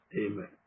Amen